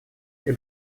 для